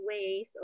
ways